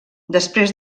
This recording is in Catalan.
després